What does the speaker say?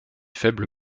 faible